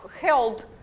held